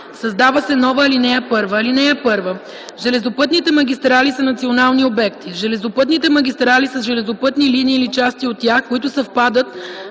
създава се нова ал. 1: „(1) Железопътните магистрали са национални обекти. Железопътните магистрали са железопътни линии или части от тях, които съвпадат